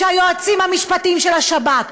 שהיועצים המשפטיים של השב"כ,